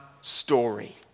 story